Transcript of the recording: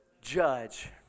judge